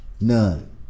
None